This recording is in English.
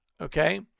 Okay